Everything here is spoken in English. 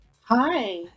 Hi